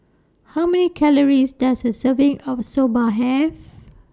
How Many Calories Does A Serving of Soba Have